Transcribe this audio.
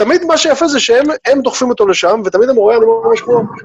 תמיד מה שיפה זה שהם, הם דוחפים אותו לשם ותמיד הם רואים את מה...